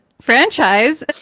franchise